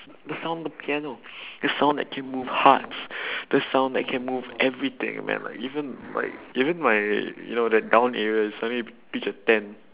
the sound of piano the sound that can move hearts the sound that can move everything and then like even like even my the down area it suddenly pitch a tent